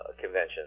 convention